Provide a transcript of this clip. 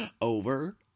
over